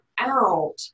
out